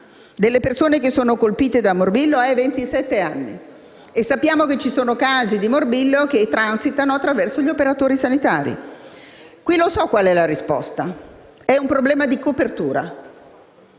delle persone colpite da morbillo è di ventisette anni e sappiamo che ci sono casi di morbillo che transitano attraverso gli operatori sanitari. Qui lo so qual è la risposta: è un problema di copertura.